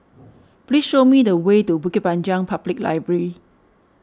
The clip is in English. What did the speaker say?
please show me the way to Bukit Panjang Public Library